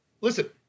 listen